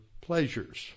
pleasures